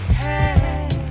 hey